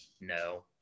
no